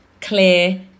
clear